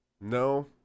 No